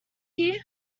here